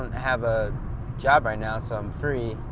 have a job right now, so i'm free.